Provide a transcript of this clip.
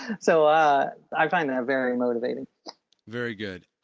so i i find that very motivating very good.